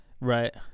Right